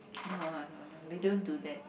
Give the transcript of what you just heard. no I'm no no we don't do that